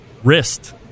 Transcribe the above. wrist